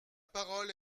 parole